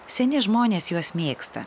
seni žmonės juos mėgsta